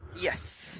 yes